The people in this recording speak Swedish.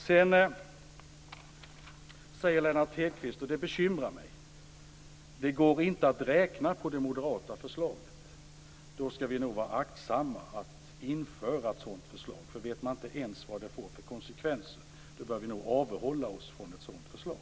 Sedan säger Lennart Hedquist, och det bekymrar mig, att det inte går att räkna på det moderata förslaget. Då skall vi nog vara aktsamma med att införa ett sådant förslag. Vet vi inte ens vad det får för kosekvenser, bör vi nog avhålla oss från ett sådant förslag.